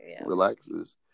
relaxes